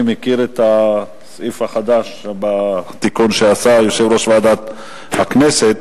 מכיר את הסעיף החדש בתקנון שעשה יושב-ראש ועדת הכנסת,